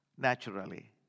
Naturally